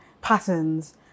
patterns